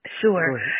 Sure